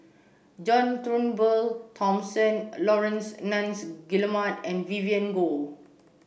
John Turnbull Thomson Laurence Nunns Guillemard and Vivien Goh